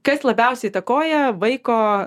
kas labiausiai įtakoja vaiko